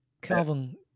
Calvin